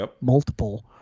multiple